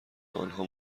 آنها